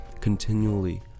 continually